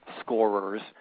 scorers